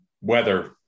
weather